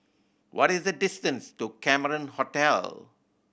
what is the distance to Cameron Hotel